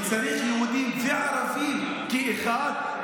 וצריך "יהודים וערבים כאחד",